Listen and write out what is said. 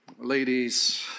ladies